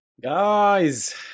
guys